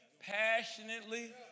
passionately